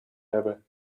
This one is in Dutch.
hebben